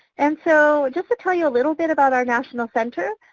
and so just to tell you a little bit about our national center,